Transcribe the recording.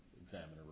examiner